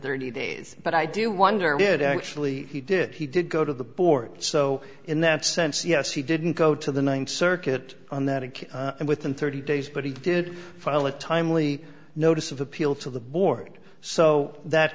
thirty days but i do wonder did actually he did he did go to the board so in that sense yes he didn't go to the th circuit on that it and within thirty days but he did file a timely notice of appeal to the board so that